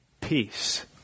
peace